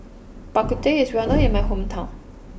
Bak Ku Teh is well known in my hometown